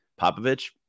Popovich